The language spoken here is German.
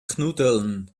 knuddeln